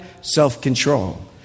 Self-control